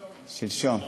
שלשום.